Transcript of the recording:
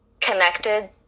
connected